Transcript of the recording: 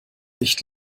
nicht